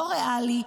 לא ריאלי,